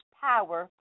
power